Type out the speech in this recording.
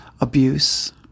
abuse